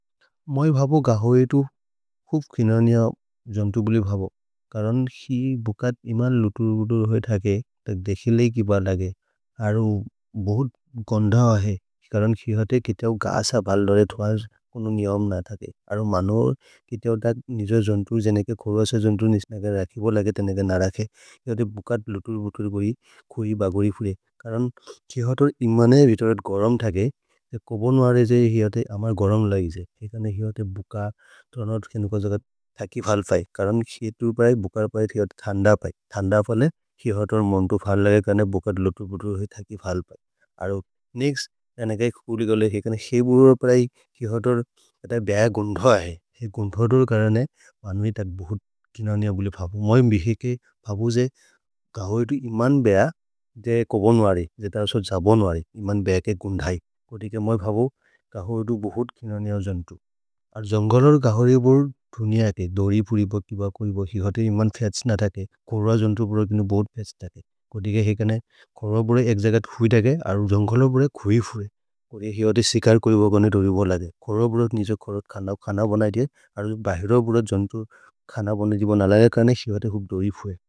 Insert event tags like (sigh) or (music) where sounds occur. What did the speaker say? मैं भाबो गाहो एटू फुफ खिनानिया जन्तुबली भाबो कारण (hesitation) की बुकात इमान लुतुर बुतुर होई ठाके ताक देखिलेई। की बार लागे आरो बहुत गन्धा आहे कारण की हाते की तयों गासा बाल डरे थौस कुनु नियाम ना ठाके। आरो मानोर की तयों ताक नि ना राखे की हाते बुकात लुतुर बुतुर होई खोई बागोरी फुरे कारण की हातर। इमान विटर गरम ठाके कोबन वारे जे यहाते अमार गरम लागे जे यहाते बुकात तरनाड़ करण की हातर बुकात लुतुर बुतुर होई। ठाकी फाल पाइ अरो निक्स ताने काई खुली गले है करण से बुरो पराई की हातर बैया गुण्धाइ है गुण्धाटर करणे मानोरी। तार बहुत किनानिया बुले फाभू मैं मिखे के फाभू जे गुण्धाई। (unintelligible)